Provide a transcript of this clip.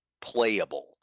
playable